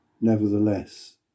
nevertheless